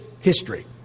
history